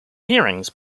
hearings